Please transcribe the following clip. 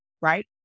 right